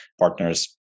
partners